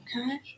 Okay